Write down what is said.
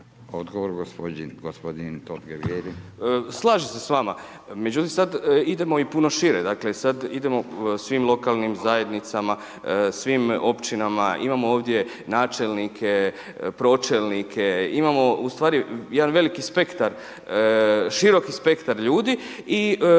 **Totgergeli, Miro (HDZ)** Slažem se s vama, međutim sad idemo puno šire, dakle sad idemo svim lokalnim zajednicama, svim općinama, imamo ovdje načelnike, pročelnike, imamo ustvari jedan veliki spektar, široki spektar ljudi i